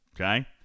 Okay